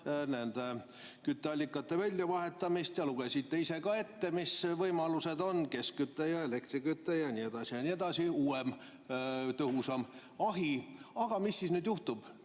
nende kütteallikate väljavahetamist, ja lugesite ette, mis võimalused on: keskküte ja elektriküte ja nii edasi, ja nii edasi, uuem ja tõhusam ahi. Aga mis siis nüüd juhtub,